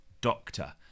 doctor